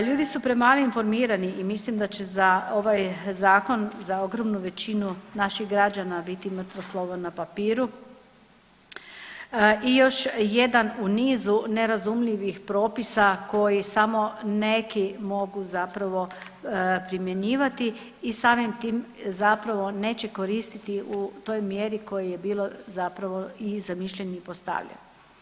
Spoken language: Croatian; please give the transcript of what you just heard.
Ljudi su premalo informirani i mislim da će za ovaj zakon za ogromnu većinu naših građana biti mrtvo slovo na papiru i još jedan u nizu nerazumljivih propisa koji samo neki mogu zapravo primjenjivati i samim tim neće koristiti u toj mjeri u kojoj je bilo zapravo i zamišljen i postavljen.